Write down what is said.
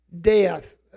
death